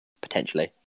potentially